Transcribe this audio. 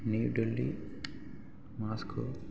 New Delhi Moscow